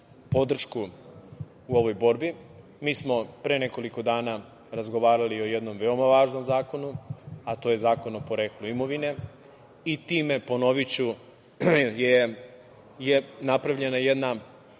podršku u ovoj borbi. Mi smo pre nekoliko dana razgovarali o jednom veoma važnom zakonu, a to je Zakon o poreklu imovine i time, ponoviću, je napravljena jedna